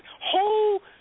whole